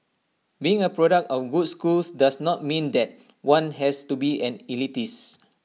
being A product of A good schools does not mean that one has to be an elitist